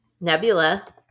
nebula